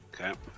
Okay